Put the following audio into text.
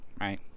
right